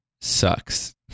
sucks